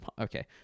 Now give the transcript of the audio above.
Okay